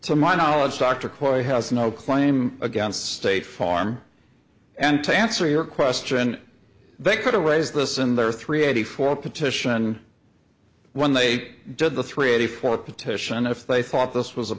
to my knowledge doctor corey has no claim against state farm and to answer your question they could always listen there are three eighty four petition when they did the three eighty four petition if they thought this was a